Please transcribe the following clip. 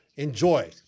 Enjoy